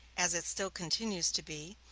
as it still continues to be,